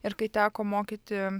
ir kai teko mokyti